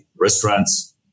restaurants